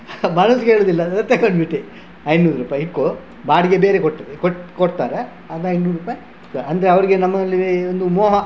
ಮನಸ್ಸು ಕೇಳುವುದಿಲ್ಲ ಅಂತ ತಗೊಂಡ್ಬಿಟ್ಟೆ ಐನೂರು ರೂಪಾಯಿ ಹಿಡ್ಕೊ ಬಾಡಿಗೆ ಬೇರೆ ಕೊಡ್ತೇನೆ ಕೊಡ್ತಾರೆ ಅದು ಐನೂರು ರೂಪಾಯಿ ಅಂದರೆ ಅವರಿಗೆ ನಮ್ಮಲ್ಲಿ ಒಂದು ಮೋಹ